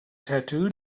tattooed